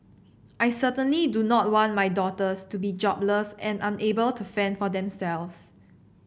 I certainly do not want my daughters to be jobless and unable to fend for themselves